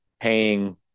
paying